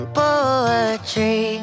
poetry